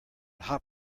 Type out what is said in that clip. hot